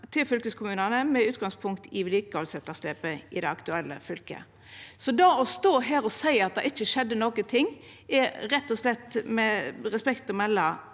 til fylkeskommunane med utgangspunkt i vedlikehaldsetterslepet i det aktuelle fylket. Så det å stå her og seia at det ikkje skjedde nokon ting, er med respekt å melda